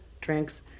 drinks